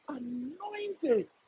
anointed